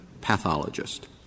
pathologist